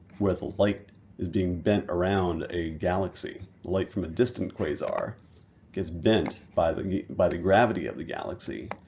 where the light is being bent around a galaxy. light from a distant quasar gets bent by the by the gravity of the galaxy,